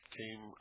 came